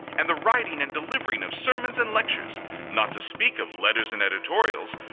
and the writing and delivering of sermons and lectures not to speak of letters and editorials,